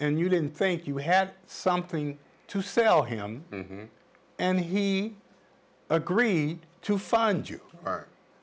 and you didn't think you had something to sell him and he agreed to find you